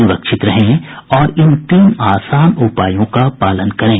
सुरक्षित रहें और इन तीन आसान उपायों का पालन करें